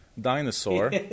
dinosaur